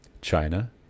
China